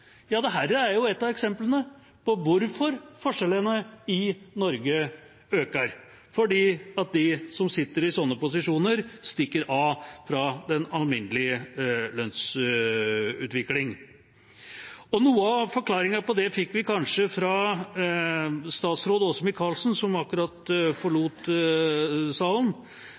er et av eksemplene på hvorfor forskjellene i Norge øker – fordi de som sitter i slike posisjoner, stikker av fra den alminnelige lønnsutviklingen. Noe av forklaringen på det fikk vi kanskje av statsråd Åse Michaelsen, som akkurat forlot salen.